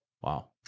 Wow